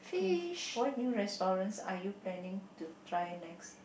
K what new restaurant are you planning to try next